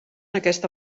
aquesta